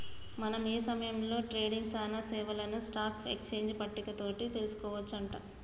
మనం ఏ సమయంలో ట్రేడింగ్ సానా సేవలను స్టాక్ ఎక్స్చేంజ్ పట్టిక తోటి తెలుసుకోవచ్చు అంట